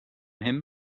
him